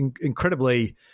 incredibly